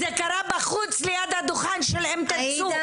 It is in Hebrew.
זה קרה בחוץ, ליד הדוכן של "אם תרצו".